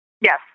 Yes